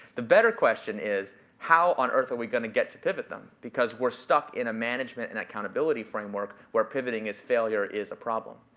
the better question is, how on earth are we gonna get to pivot them? because we're stuck in a management and accountability framework where pivoting is failure is a problem.